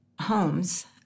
homes